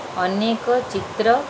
ଅନେକ ଚିତ୍ର